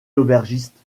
l’aubergiste